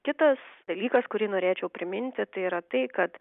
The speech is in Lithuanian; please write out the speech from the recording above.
kitas dalykas kurį norėčiau priminti tai yra tai kad